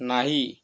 नाही